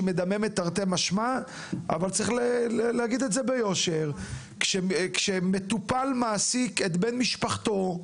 אבל צריך להגיד את זה ביושר: כשמטופל מעסיק את בן משפחתו,